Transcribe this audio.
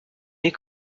est